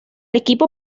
equipo